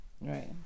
Right